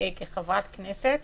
כחברת כנסת